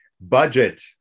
Budget